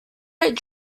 rate